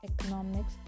economics